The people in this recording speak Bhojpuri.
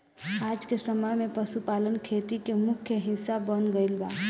आजके समय में पशुपालन खेती के मुख्य हिस्सा बन गईल बा